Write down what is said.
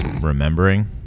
remembering